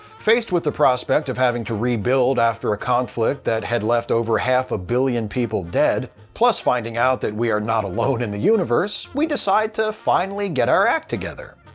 faced with the prospect of having to rebuild after a conflict that had left over half a billion people dead, plus finding out that we are not alone in the universe, we decide to finally get our act together.